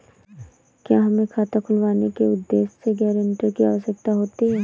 क्या हमें खाता खुलवाने के उद्देश्य से गैरेंटर की आवश्यकता होती है?